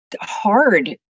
hard